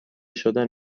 شدن